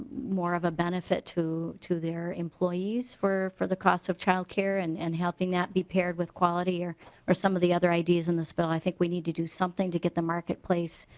more of a benefit to to their employees for for the cost of childcare and and helping that be paired with quality or or some of the other ideas in the bill i think we need to do something to get the market place